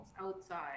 outside